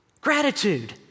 Gratitude